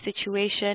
situation